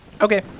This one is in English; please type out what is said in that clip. Okay